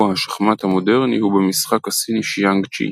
השחמט המודרני הוא במשחק הסיני שיאנג-צ'י,